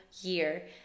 year